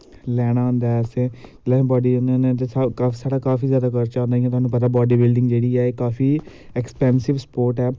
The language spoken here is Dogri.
लैना होंदा ऐ उस 'टाईम बॉड्डी बनाने काफी साढ़ा काफी जादा खर्चा आंदा ऐ जियां तुहानू पता ऐ बॉड्डी बिल्डिंग जेह्ड़ी ऐ एह् काफी अक्सपैंसिव स्पोर्ट ऐ